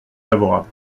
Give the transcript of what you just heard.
favorable